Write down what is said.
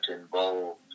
involved